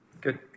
Good